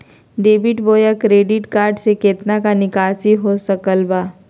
Debit बोया credit card से कितना का निकासी हो सकल बा?